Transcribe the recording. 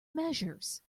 measures